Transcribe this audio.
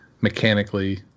mechanically